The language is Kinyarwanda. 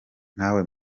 nkawe